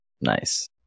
Nice